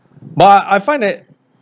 but I find that